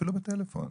אפילו בטלפון,